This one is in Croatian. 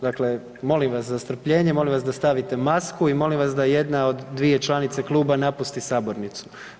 Dakle, molim vas za strpljenje, molim vas da stavite masku i molim vas da jedna od dvije članice kluba napusti sabornicu.